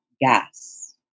gas